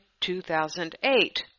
2008